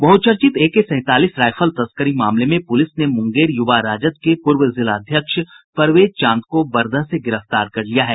बहुचर्चित एके सैंतालीस राइफल तस्करी मामले में पुलिस ने मुंगेर युवा राजद के पूर्व जिलाध्यक्ष परवेज चांद को बरदह से गिरफ्तार कर लिया है